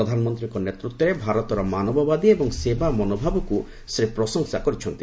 ପ୍ରଧାନମନ୍ତ୍ରୀଙ୍କ ନେତୃତ୍ୱରେ ଭାରତର ମାନବବାଦୀ ଏବଂ ସେବା ମନୋଭାବକୁ ସେ ଭୂୟସୀ ପ୍ରଶଂସା କରିଛନ୍ତି